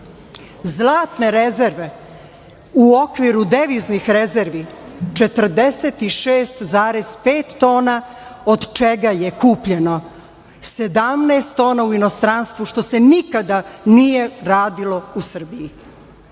Zlatne rezerve u okviru deviznih rezervi 46,5 tona, od čega je kupljeno 17 tona u inostranstvu, što se nikada nije radilo u Srbiji.O